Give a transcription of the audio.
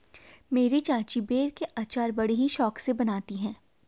मेरी चाची बेर के अचार बड़ी ही शौक से बनाती है